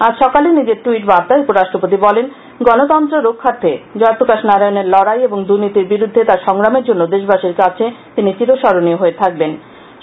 আজ সকালে নিজের টুইট বার্তায় উপরাষ্ট্রপতি বলেন গণতন্ত্রের রক্ষার্থে জয়প্রকাশ নারায়ণের লড়াই এবং দুর্নীতির বিরুদ্ধে তাঁর সংগ্রামের জন্য দেশবাসীর কাছে চিরস্মরণীয় হয়ে থাকবেন তিনি